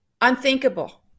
unthinkable